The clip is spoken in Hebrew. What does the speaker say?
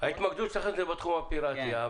ההתמקדות שלכם היא בתחום הפירטי.